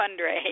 fundraise